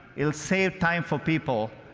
it will save time for people,